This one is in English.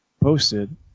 posted